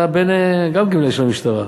גם אתה גמלאי של המשטרה.